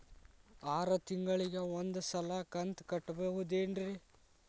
ಆರ ತಿಂಗಳಿಗ ಒಂದ್ ಸಲ ಕಂತ ಕಟ್ಟಬಹುದೇನ್ರಿ?